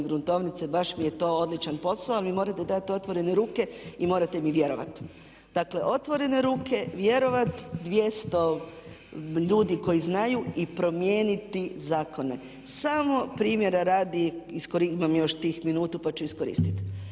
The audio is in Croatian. gruntovnice, baš mi je to odličan posao, ali mi morate dati otvorene ruke i morate mi vjerovati. Dakle, otvorene ruke, vjerovat, 200 ljudi koji znaju i promijeniti zakone. Samo primjera radi, imam još tih minutu pa ću iskoristiti.